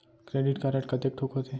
Credit card कतेक ठोक होथे?